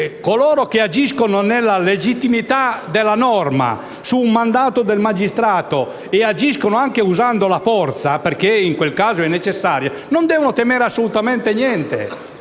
coloro che agiscono nella legittimità della norma, su mandato del magistrato, anche usando la forza, perché in quel caso è necessaria, non devono temere niente.